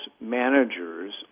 managers